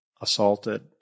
assaulted